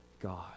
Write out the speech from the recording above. God